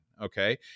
Okay